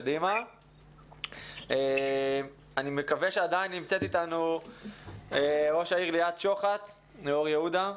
אני מקווה שנמצאת אתנו עדיין ראש עיריית אור יהודה,